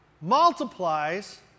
multiplies